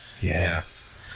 Yes